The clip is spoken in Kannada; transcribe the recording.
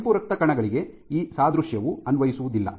ಕೆಂಪು ರಕ್ತಕಣಗಳಿಗೆ ಈ ಸಾದೃಶ್ಯವು ಅನ್ವಯಿಸುವುದಿಲ್ಲ